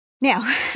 Now